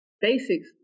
basics